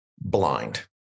blind